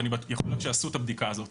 ויכול להיות שעשו את הבדיקה הזאת